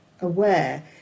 aware